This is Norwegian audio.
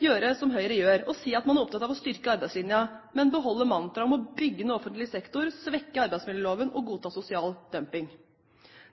gjøre som Høyre gjør, å si at man er opptatt av å styrke arbeidslinja, men beholder mantraet om å bygge ned offentlig sektor, svekke arbeidsmiljøloven og godta sosial dumping.